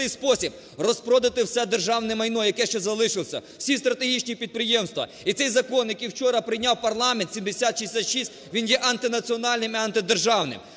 спосіб: розпродати все державне майно, яке ще залишилося, всі стратегічні підприємства. І цей закон, який вчора прийняв парламент – 7066, він є антинаціональним і антидержавним.